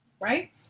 right